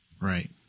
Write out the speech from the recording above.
Right